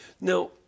Now